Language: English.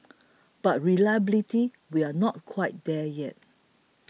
but reliability we are not quite there yet